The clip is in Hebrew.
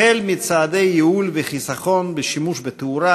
החל בצעדי ייעול וחיסכון בשימוש בתאורה,